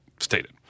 stated